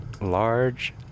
large